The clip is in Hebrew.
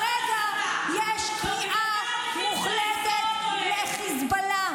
בנימין נתניהו הוא זה שנכנע לחיזבאללה